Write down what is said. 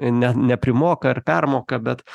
ne neprimoka ar permoka bet